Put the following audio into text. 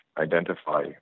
identify